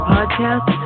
Podcast